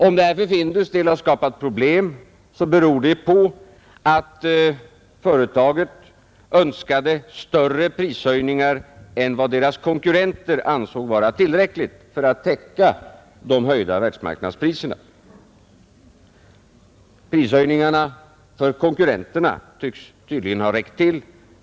Om detta för Findus” del har skapat problem, beror det på att företaget önskade större prishöjningar än vad deras konkurrenter ansåg vara tillräckliga för att täcka de höjda världsmarknadspriserna. Prishöjningarna tycks ha räckt till för konkurrenterna.